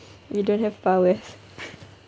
you don't have powers